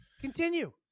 Continue